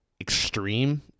extreme